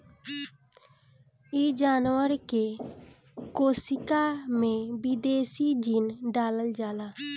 इ जानवर के कोशिका में विदेशी जीन डालल जाला